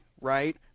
right